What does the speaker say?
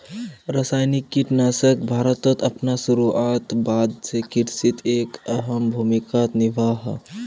रासायनिक कीटनाशक भारतोत अपना शुरुआतेर बाद से कृषित एक अहम भूमिका निभा हा